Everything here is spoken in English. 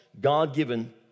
god-given